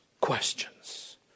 questions